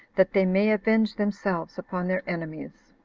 that they may avenge themselves upon their enemies.